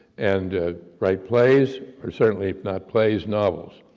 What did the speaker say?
and write plays, or certainly not plays, novels.